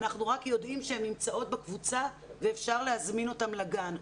אנחנו רק יודעים שהן נמצאות בקבוצה ואפשר להזמין אותן לגן.